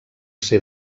ser